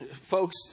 Folks